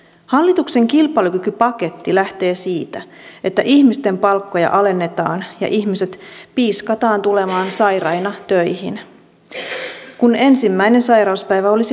hallituksen kilpailukykypaketti lähtee siitä että ihmisten palkkoja alennetaan ja ihmiset piiskataan tulemaan sairaina töihin kun ensimmäinen sairauspäivä olisi palkaton